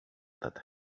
that